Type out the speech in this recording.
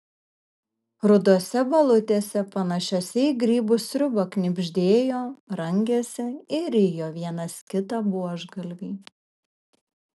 rudose balutėse panašiose į grybų sriubą knibždėjo rangėsi ir rijo vienas kitą buožgalviai